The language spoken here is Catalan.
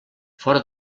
fora